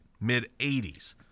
mid-80s